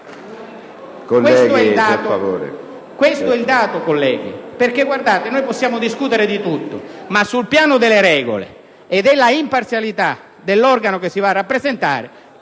Questo è il dato, colleghi: possiamo discutere di tutto, ma sul piano delle regole e dell'imparzialità dell'organo che si va a rappresentare,